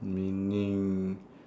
meaning